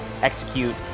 execute